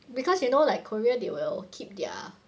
because you know like Korea they will keep their